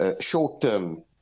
short-term